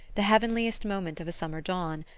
the heavenliest moment of a summer dawn,